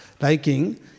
liking